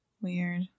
Weird